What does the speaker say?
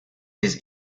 his